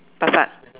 Passat